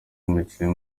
mukinnyi